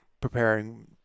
preparing